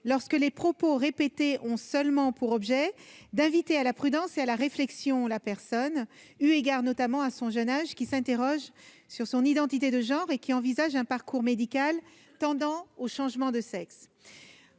professionnels de santé « ont seulement pour objet d'inviter à la prudence et à la réflexion la personne, eu égard notamment à son jeune âge, qui s'interroge sur son identité de genre et qui envisage un parcours médical tendant au changement de sexe.